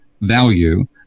value